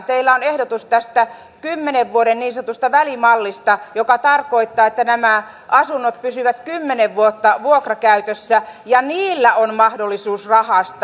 teillä on ehdotus tästä kymmenen vuoden niin sanotusta välimallista joka tarkoittaa sitä että nämä asunnot pysyvät kymmenen vuotta vuokrakäytössä ja niillä on mahdollisuus rahastaa